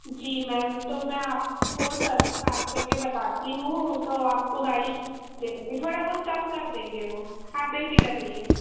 जी ma'am तो मैं आपको सर से बात करके बताती हूँ तो आपको गाड़ी भेज देंगे थोड़ा बहुत काम कर देंगे वो आप बेफिक्र रहिए